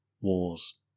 Wars